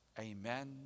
Amen